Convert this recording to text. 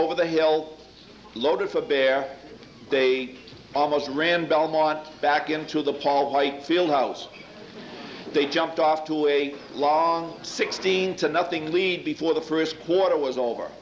over the hill loaded for bear they almost ran belmont back into the pile of might feel house they jumped off to a long sixteen to nothing lead before the first quarter was over